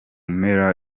mpera